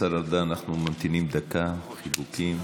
השר ארדן, אנחנו ממתינים דקה, חיבוקים.